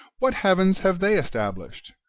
what heavens have they established?